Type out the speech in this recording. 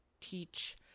teach